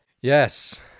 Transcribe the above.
Yes